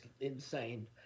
insane